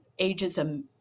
ageism